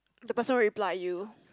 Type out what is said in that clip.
the person reply you